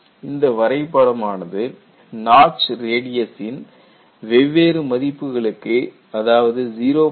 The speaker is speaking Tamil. இந்த வரைபடமானது நாட்ச் ரேடியஸ்சின் வெவ்வேறு மதிப்புகளுக்கு அதாவது 0